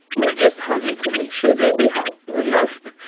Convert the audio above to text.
we're just having to make sure that we have enough